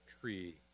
tree